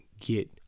get